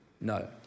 No